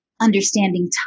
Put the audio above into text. understanding